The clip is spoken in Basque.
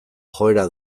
joera